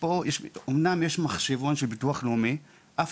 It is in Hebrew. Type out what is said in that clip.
אמנם יש מחשבון של הביטוח הלאומי אבל אף